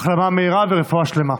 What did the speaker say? החלמה מהירה ורפואה שלמה.